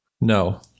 no